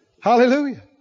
Hallelujah